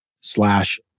slash